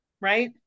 right